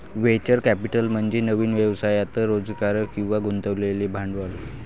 venture capital म्हणजे नवीन व्यवसायात रोजगार किंवा गुंतवलेले भांडवल